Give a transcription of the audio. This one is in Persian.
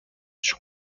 شما